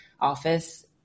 office